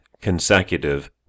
consecutive